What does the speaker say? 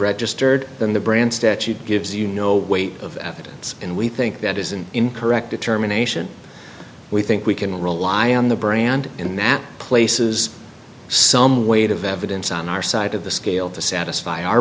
registered then the brand statute gives you no weight of evidence and we think that is an incorrect determination we think we can rely on the brand in that places some weight of evidence on our side of the scale to satisfy our